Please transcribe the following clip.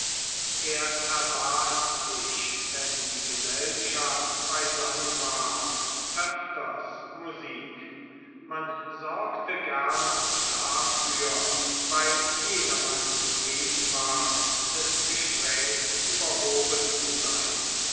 er erbat sich wenn die gesellschaft beisammen war öfters musik man sorgte gern dafür weil jedermann zufrieden war des gesprächs überhoben zu sein